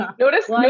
Notice